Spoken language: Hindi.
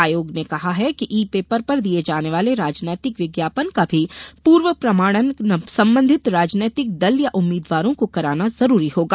आयोग ने कहा है कि ई पेपर पर दिये जाने वाले राजनैतिक विज्ञापन का भी पूर्व प्रमाणन संबंधित राजनैतिक दल या उम्मीदवारों को कराना जरूरी होगा